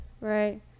right